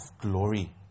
glory